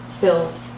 fills